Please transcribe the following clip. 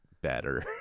better